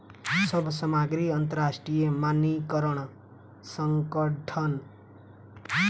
सभ सामग्री अंतरराष्ट्रीय मानकीकरण संगठनक चिन्ह देख के लेवाक चाही